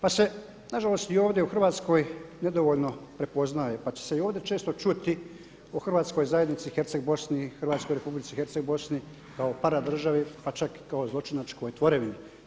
Pa se na žalost i ovdje u Hrvatskoj nedovoljno prepoznaje, pa će se i ovdje često čuti o Hrvatskoj zajednici Herceg Bosni, hrvatskoj Republici Herceg Bosni kao para državi, pa čak i kao zločinačkoj tvorevini.